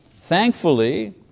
Thankfully